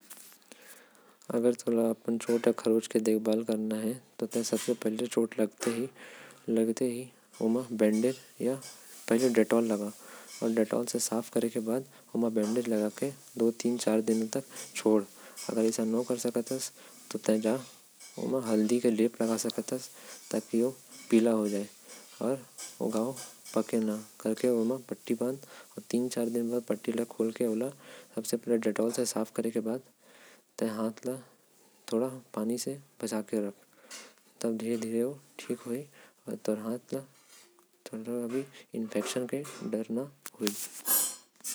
अगर तोला अपन चोट या खरोच के देखभाल करना हे। त ओमा डेटॉल लगा के चोट ल साफ कर सकत। हस या फिर ओम बैंडेज लगा सकत हस। जेकर से चोट म इंफेक्शन के खतरा न हो।